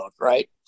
Right